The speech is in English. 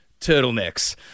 turtlenecks